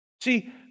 See